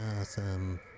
Awesome